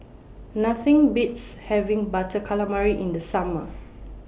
Nothing Beats having Butter Calamari in The Summer